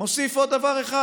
מוסיף עוד דבר אחד,